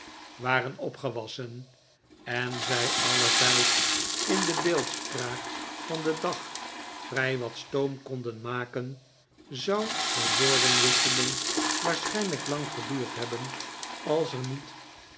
chu'zzlewit gewassen en zij alle vijf in de beeldspraak van den dag vrij wat stoom konden maken zou de woordenwisseling waarschijnlijk lang geduurd hebben als er niet